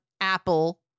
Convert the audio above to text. Apple